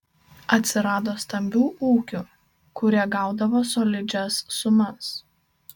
atsirado stambių ūkių kurie gaudavo solidžias sumas